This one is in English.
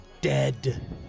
dead